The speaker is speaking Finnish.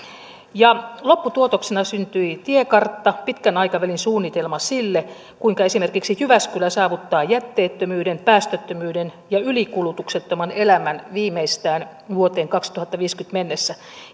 lopputuotoksena syntyi tiekartta pitkän aikavälin suunnitelma sille kuinka esimerkiksi jyväskylä saavuttaa jätteettömyyden päästöttömyyden ja ylikulutuksettoman elämän viimeistään vuoteen kaksituhattaviisikymmentä mennessä